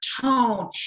tone